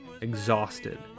exhausted